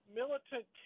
militant